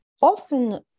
often